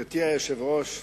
גברתי היושבת-ראש,